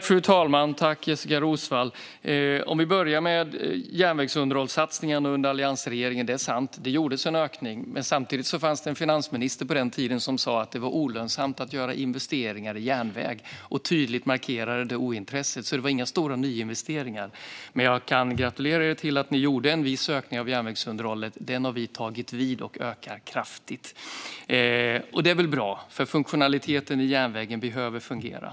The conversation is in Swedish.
Fru talman! Om vi börjar med järnvägsunderhållssatsningarna under alliansregeringen är det sant att det gjordes en ökning. Men samtidigt fanns det en finansminister på den tiden som sa att det var olönsamt att göra investeringar i järnväg och tydligt markerade sitt ointresse. Det var alltså inga stora nyinvesteringar, men jag kan gratulera er till att ni gjorde en viss ökning av järnvägsunderhållet. Den har vi tagit vid och ökar kraftigt. Och det är väl bra, för funktionaliteten i järnvägen behöver vara bra.